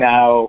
Now